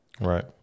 Right